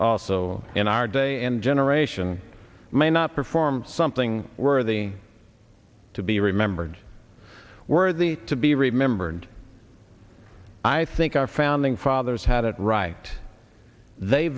also in our day and generation may not perform something worthy to be remembered worthy to be remembered i think our founding fathers had it right they